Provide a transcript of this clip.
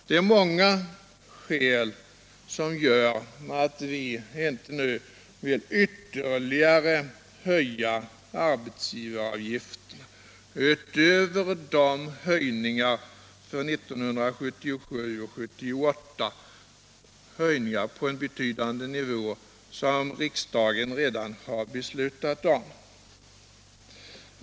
Det finns många skäl för att vi inte nu vill ytterligare höja arbetsgivaravgiften utöver de höjningar för 1977 och 1978 — höjningar på en betydande nivå — som riksdagen redan har beslutat om.